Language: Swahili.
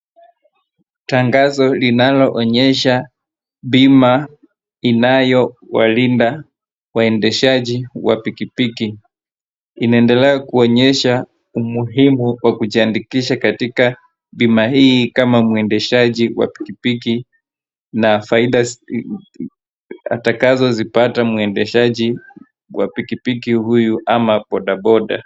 Tangazo linaloonyesha bima inayowalinda waendeshaji wa pikipiki, na inaendelea kuonyesha umuhimu wa kujiandikisha katika bima hii kama mwendeshaji wa pikipiki, na faida atakazo zipata mwendeshaji wa pikipiki huyu ama bodaboda .